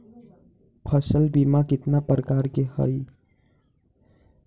फसल बीमा कतना प्रकार के हई?